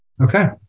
Okay